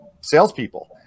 salespeople